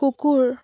কুকুৰ